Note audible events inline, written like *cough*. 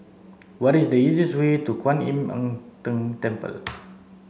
what is the easiest way to Kuan Im *unintelligible* Tng Temple *noise*